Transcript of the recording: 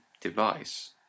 device